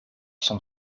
son